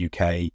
UK